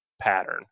pattern